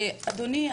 אדוני,